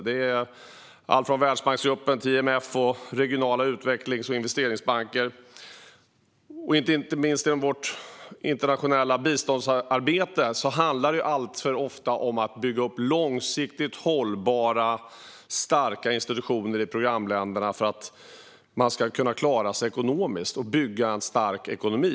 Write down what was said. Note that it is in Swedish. Det gäller alltifrån Världsbanken till IMF och regionala utvecklings och investeringsbanker. Inte minst inom vårt internationella biståndsarbete handlar det ofta om att bygga upp långsiktigt hållbara, starka institutioner i programländerna för att de ska klara sig ekonomiskt och bygga starka ekonomier.